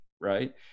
right